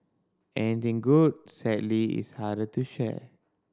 anything good sadly is harder to share